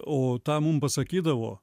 o tą mum pasakydavo